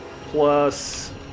Plus